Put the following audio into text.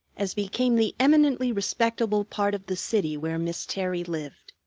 as became the eminently respectable part of the city where miss terry lived.